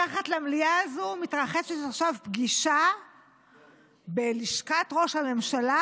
מתחת למליאה הזו מתרחשת עכשיו פגישה בלשכת ראש הממשלה,